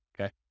okay